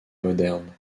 moderne